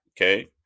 Okay